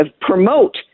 promote